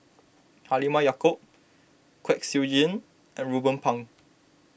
Halimah Yacob Kwek Siew Jin and Ruben Pang